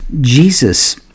Jesus